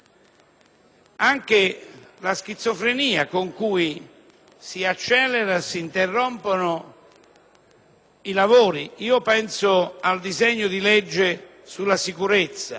anche la schizofrenia con cui si accelerano e si interrompono i lavori: penso, ad esempio, al disegno di legge sulla sicurezza